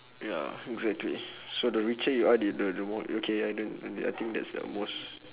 ya exactly so the richer the the the more okay I don't earn the I think that's their most